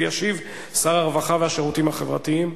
וישיב שר הרווחה והשירותים החברתיים,